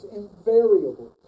invariable